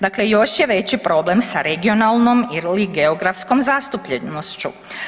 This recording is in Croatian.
Dakle još je veći problem sa regionalnom ili geografskom zastupljenošću.